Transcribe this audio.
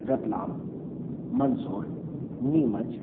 Ratlam Mandsaur Neemuch